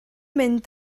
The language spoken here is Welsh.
mynd